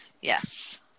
Yes